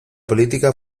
política